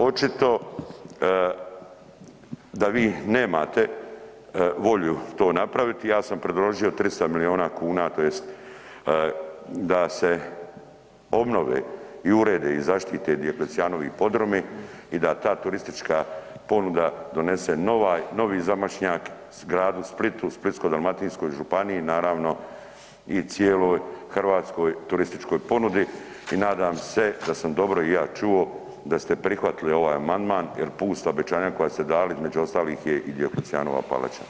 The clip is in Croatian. Očito da vi nemate volju to napraviti, ja sam predložio 300 milijuna kuna, tj. da se obnove i urede i zaštite Dioklecijanovi podrumi i da ta turistička ponuda donese novi zamašnjak gradu Splitu, Splitsko-dalmatinskoj županiji i naravno, cijeloj hrvatskoj turističkoj ponudi i nadam se da sam dobro i ja čuo, da ste prihvatili ovaj amandman jer pusta obećanja koja ste dali, između ostalih je i Dioklecijanova palača.